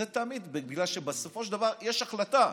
זה תמיד, בגלל שבסופו של דבר יש החלטה,